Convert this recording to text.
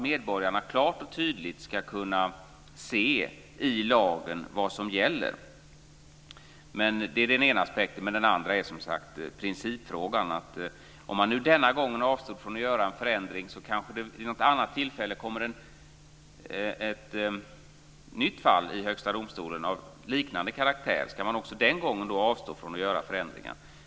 Medborgarna bör klart och tydligt se i lagen vad som gäller. Den andra aspekten är principfrågan. Om man nu denna gång avstod från att göra en förändring, kanske det vid något annat tillfälle kommer ett nytt fall i Högsta domstolen av liknande karaktär. Ska man också den gången avstå från förändringar?